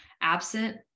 Absent